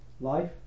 Life